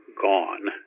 gone